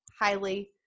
Highly